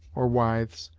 or withes,